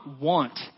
want